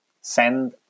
send